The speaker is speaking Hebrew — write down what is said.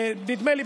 נדמה לי,